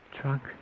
trunk